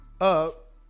up